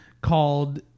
called